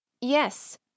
yes